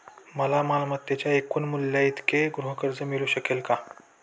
मला मालमत्तेच्या एकूण मूल्याइतके गृहकर्ज मिळू शकेल का?